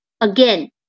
again